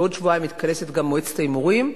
בעוד שבועיים מתכנסת גם מועצת ההימורים.